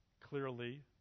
clearly